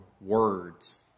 words